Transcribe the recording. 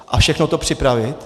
A všechno to připravit.